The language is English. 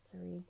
three